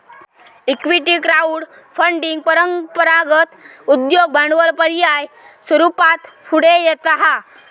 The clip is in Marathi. इक्विटी क्राउड फंडिंग परंपरागत उद्योग भांडवल पर्याय स्वरूपात पुढे येता हा